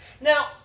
Now